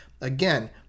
Again